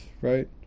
right